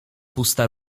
pusta